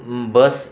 bus